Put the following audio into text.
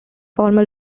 formal